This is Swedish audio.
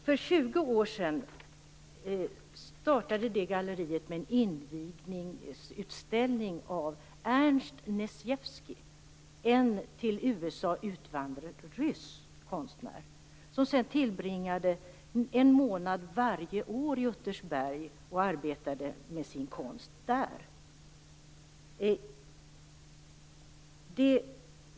För 20 år sedan startade alltså galleriet med en invigningsutställning av Ernst Neizvestny, en till USA utvandrad rysk konstnär som sedan tillbringade en månad varje år i Uttersberg och arbetade med sin konst där.